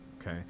okay